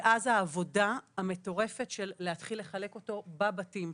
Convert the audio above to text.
ואז העבודה המטורפת של להתחיל לחלק אותו בבתים.